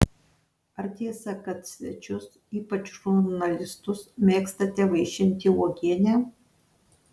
ar tiesa kad svečius ypač žurnalistus mėgstate vaišinti uogiene